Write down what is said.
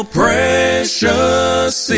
precious